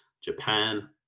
Japan